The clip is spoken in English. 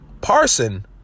Parson